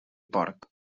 porc